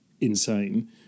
insane